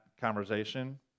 conversation